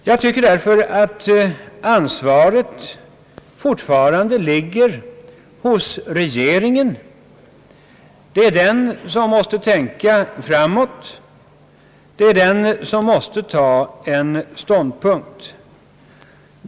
Jag tycker sålunda att ansvaret fortfarande ligger hos regeringen. Det är den som måste tänka framåt. Det är den som måste ta en stånpunkt.